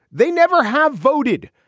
they never have voted.